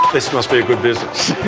this must be a good business.